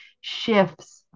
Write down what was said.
shifts